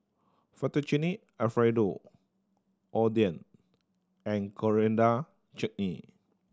Fettuccine Alfredo Oden and Coriander Chutney